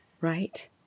Right